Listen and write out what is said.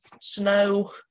snow